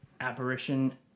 apparition